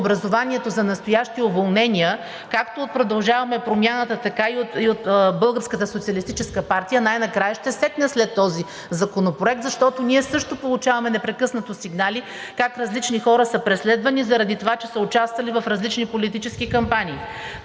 образованието за настоящи уволнения както от „Продължаваме Промяната“, така и от Българската социалистическа партия най накрая ще секне след този законопроект, защото ние също получаваме непрекъснато сигнали как различни хора са преследвани заради това, че са участвали в различни политически кампании.